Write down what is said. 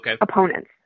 opponents